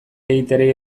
egiteari